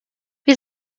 wir